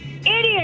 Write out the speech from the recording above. Idiot